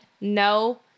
no